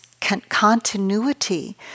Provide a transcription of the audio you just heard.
continuity